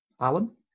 Alan